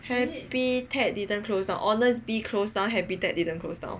habitat didn't close down Honestbee closed down habitat didn't closed down